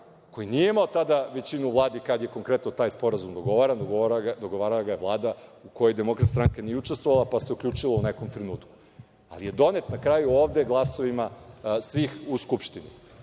koji nije imao tada većinu u Vladi, kada je konkretno taj sporazum dogovaran, već ga je dogovarala Vlada u kojoj Demokratska stranka nije učestvovala, pa se uključila u nekom trenutku. Ali je donet na kraju ovde, glasovima svih u Skupštini.I